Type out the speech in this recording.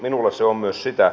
minulla se on myös sitä